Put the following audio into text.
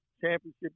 championship